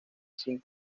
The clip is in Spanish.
sin